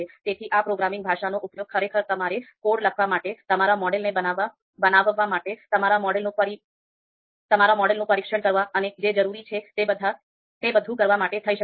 તેથી આ પ્રોગ્રામિંગ ભાષાનો ઉપયોગ ખરેખર તમારો કોડ લખવા માટે તમારા મોડેલને બનાવવા માટે તમારા મોડેલોનું પરીક્ષણ કરવા અને જે જરૂર છે તે બધું કરવા માટે થઈ શકે છે